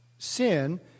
Sin